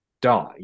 die